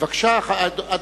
רבותי חברי הכנסת,